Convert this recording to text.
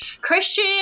Christian